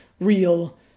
real